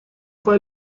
fue